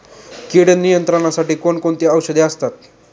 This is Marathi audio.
कीड नियंत्रणासाठी कोण कोणती औषधे असतात?